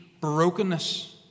brokenness